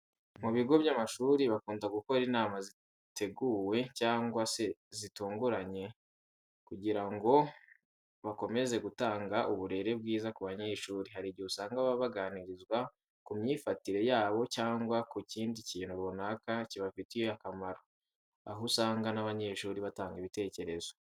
Mu bigo by'amashuri bakunda gukora inama zateguwe cyangwa se zitunguranye kugira ngo bakomeze gutanga uburere bwiza ku banyeshuri. Hari igihe usanga baba baganirizwa ku myifatire yabo cyangwa ku kindi kintu runaka kibafitiye akamaro, aho usanga n'abanyeshuri batanga ibitekerezo.